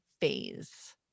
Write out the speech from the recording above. phase